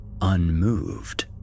unmoved